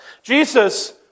Jesus